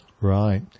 right